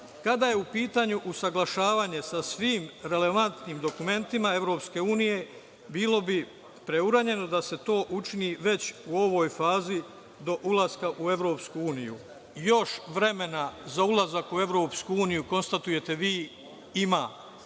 je u pitanju usaglašavanje sa svim relevantnim dokumentima EU bilo bi preuranjeno da se to učini već u ovoj fazi do ulaska u EU. Još vremena za ulazak u EU, konstatujete vi ima.